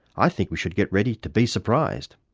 i think we should get ready to be surprised.